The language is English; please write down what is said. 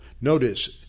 Notice